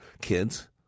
kids